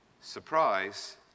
surprise